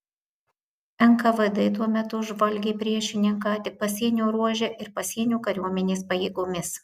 nkvd tuo metu žvalgė priešininką tik pasienio ruože ir pasienio kariuomenės pajėgomis